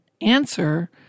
answer